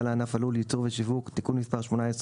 לענף הלול (ייצור ושיווק) (תיקון מס' 18),